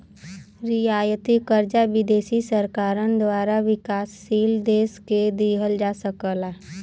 रियायती कर्जा विदेशी सरकारन द्वारा विकासशील देश के दिहल जा सकला